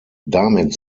damit